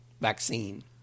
vaccine